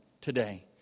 today